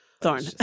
Thorn